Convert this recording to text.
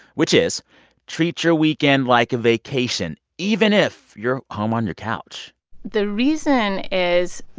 which is treat your weekend like a vacation, even if you're home on your couch the reason is,